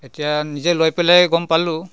এতিয়া নিজে লৈ পেলাই গম পালোঁ